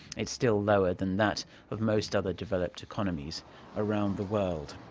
it's still lower than that of most other developed economies around the world.